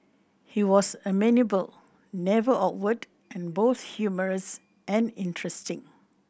he was amenable never awkward and both humorous and interesting